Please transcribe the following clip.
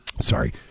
Sorry